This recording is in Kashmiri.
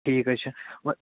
ٹھیٖک حظ چھُ